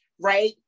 right